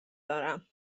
دارم